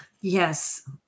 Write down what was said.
yes